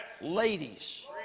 ladies